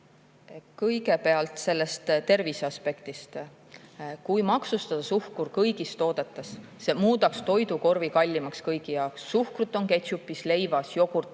Kõigepealt sellest terviseaspektist. Kui maksustada suhkur kõigis toodetes, siis see muudaks toidukorvi kallimaks kõigi jaoks. Suhkrut on ketšupis, leivas, jogurtis,